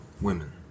women